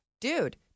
dude